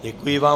Děkuji vám.